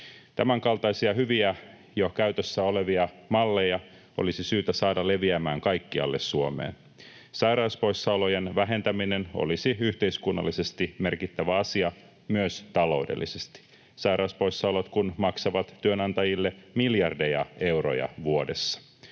Tämänkaltaisia hyviä, jo käytössä olevia malleja olisi syytä saada leviämään kaikkialle Suomeen. Sairauspoissaolojen vähentäminen olisi yhteiskunnallisesti merkittävä asia myös taloudellisesti, sairauspoissaolot kun maksavat työnantajille miljardeja euroja vuodessa.